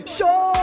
Show